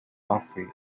buffy